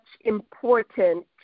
important